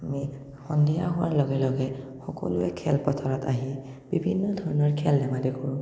আমি সন্ধিয়া হোৱাৰ লগে লগে সকলোৱে খেলপথাৰত আহি বিভিন্ন ধৰণৰ খেল ধেমালি কৰোঁ